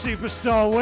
Superstar